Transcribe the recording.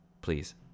Please